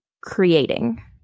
creating